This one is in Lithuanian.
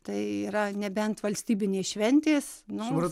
tai yra nebent valstybinės šventės nors